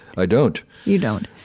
i don't you don't.